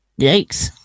yikes